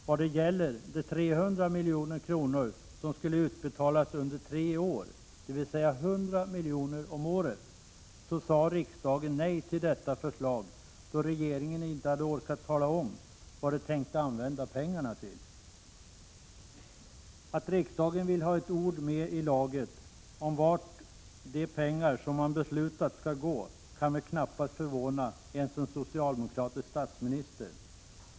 Vad det gäller de 300 miljonerna som skulle utbetalas under tre år, dvs. ca 100 miljoner om året, så sade riksdagen nej till detta förslag då regeringen inte hade orkat tala om vad den tänkte använda pengarna till. Att riksdagen vill ha ett ord med i laget om vart de pengar som man beslutat om skall gå kan väl knappast förvåna ens en socialdemokratisk statsminister.